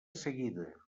seguida